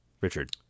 Richard